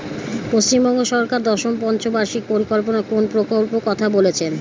পশ্চিমবঙ্গ সরকার দশম পঞ্চ বার্ষিক পরিকল্পনা কোন প্রকল্প কথা বলেছেন?